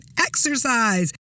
exercise